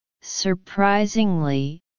surprisingly